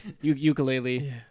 ukulele